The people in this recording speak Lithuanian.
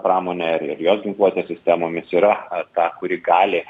pramone ir ir jos ginkluotės sistemomis yra ta kuri gali